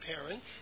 parents